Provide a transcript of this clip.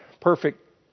perfect